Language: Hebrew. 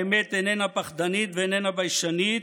האמת איננה פחדנית ואיננה ביישנית.